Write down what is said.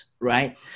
Right